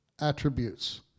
attributes